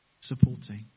supporting